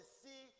see